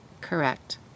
correct